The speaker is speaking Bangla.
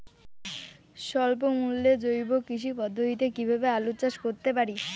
স্বল্প মূল্যে জৈব কৃষি পদ্ধতিতে কীভাবে আলুর চাষ করতে পারি?